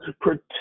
protect